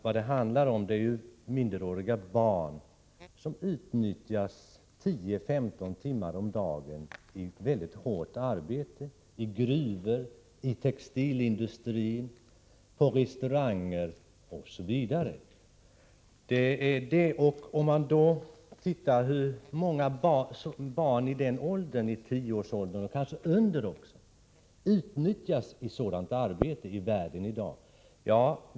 Vad den handlar om är att minderåriga barn utnyttjas 10-15 timmar om dagen i mycket hårt arbete, i gruvor, textilindustri, restauranger osv. Hur många barn i tioårsåldern och därunder utnyttjas i sådant arbete i världen i dag?